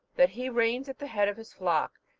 that he reigns at the head of his flock,